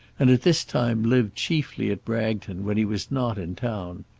and at this time lived chiefly at bragton when he was not in town.